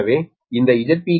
எனவே இந்த 𝒁𝒑𝒆q𝟎𝟎